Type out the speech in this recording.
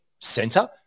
center